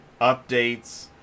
updates